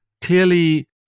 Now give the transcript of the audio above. Clearly